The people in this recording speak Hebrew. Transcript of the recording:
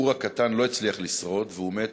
גור הקטן לא הצליח לשרוד והוא מת,